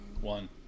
one